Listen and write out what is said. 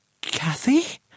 Kathy